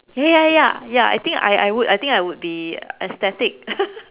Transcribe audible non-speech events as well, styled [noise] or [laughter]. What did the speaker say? ya ya ya ya I think I I would I would be ecstatic [laughs]